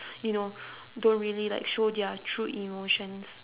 you know don't really like show their true emotions